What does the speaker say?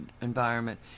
environment